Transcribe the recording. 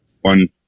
One